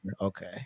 Okay